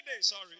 sorry